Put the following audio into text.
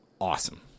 Awesome